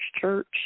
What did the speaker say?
church